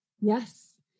Yes